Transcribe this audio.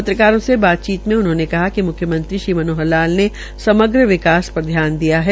पत्रकारों से बातचीत मे उन्होंने कहा कि म्ख्यमंत्री श्री मनोहर लाल ने समग्र विकास पर ध्यान दिया है